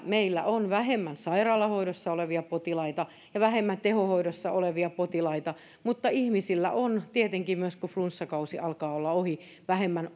meillä on vähemmän sairaalahoidossa olevia potilaita ja vähemmän tehohoidossa olevia potilaita mutta tietysti hankaluus kentällä tällä hetkellä on se että kun flunssakausi alkaa olla ohi ihmisillä on tietenkin myös vähemmän